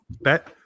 bet